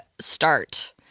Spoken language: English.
start